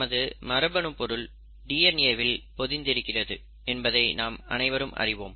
நமது மரபணு பொருள் டிஎன்ஏ வில் பொதிந்து இருக்கிறது என்பதை நாம் அனைவரும் அறிவோம்